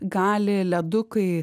gali ledukai